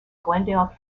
glendale